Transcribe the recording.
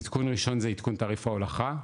עדכון ראשון זה עדכון תעריף ההולכה,